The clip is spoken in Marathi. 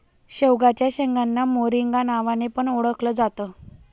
शेवग्याच्या शेंगांना मोरिंगा नावाने पण ओळखल जात